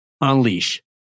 Unleash